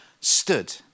stood